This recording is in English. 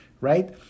right